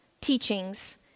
teachings